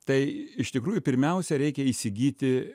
tai iš tikrųjų pirmiausia reikia įsigyti